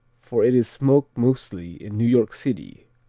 for it is smoked mostly in new york city,